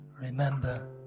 Remember